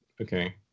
Okay